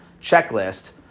checklist